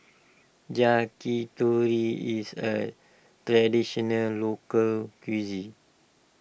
Yakitori is a Traditional Local Cuisine